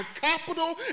capital